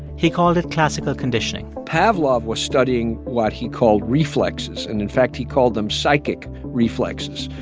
he called it classical conditioning pavlov was studying what he called reflexes. and, in fact, he called them psychic reflexes.